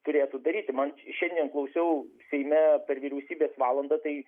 turėtų daryti man šiandien klausiau seime per vyriausybės valandą tai